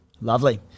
Lovely